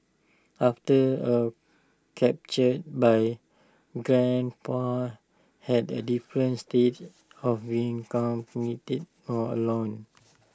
after her capture my grandpa had A different state of being completely alone